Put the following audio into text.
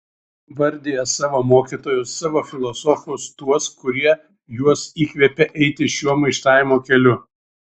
vardija savo mokytojus savo filosofus tuos kurie juos įkvėpė eiti šiuo maištavimo keliu